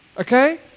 Okay